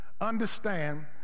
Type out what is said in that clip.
understand